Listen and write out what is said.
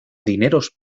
dineros